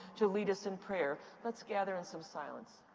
to lead us in prayer. let's gather in some silence.